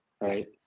right